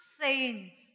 saints